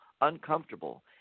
uncomfortable